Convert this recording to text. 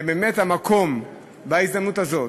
ובאמת זה המקום, בהזדמנות הזאת,